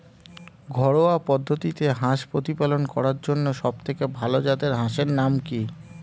ঘরোয়া পদ্ধতিতে হাঁস প্রতিপালন করার জন্য সবথেকে ভাল জাতের হাঁসের নাম কি?